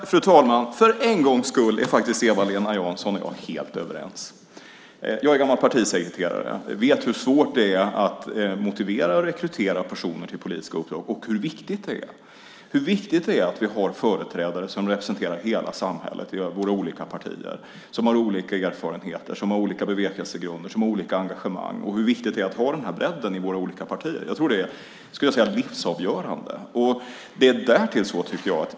Fru talman! För en gångs skull är Eva-Lena Jansson och jag helt överens! Jag är gammal partisekreterare. Jag vet hur svårt det är att motivera och rekrytera personer till politiska uppdrag. Jag vet också hur viktigt det är att vi har företrädare som representerar hela samhället i våra olika partier, med olika erfarenheter, olika bevekelsegrunder och engagemang. Det är viktigt att ha den bredden i våra partier. Det är livsavgörande.